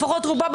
לפחות רובה,